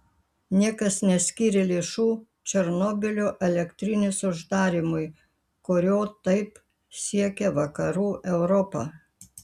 niekas neskyrė lėšų černobylio elektrinės uždarymui kurio taip siekia vakarų europa